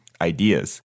ideas